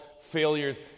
failures